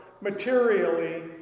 materially